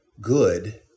good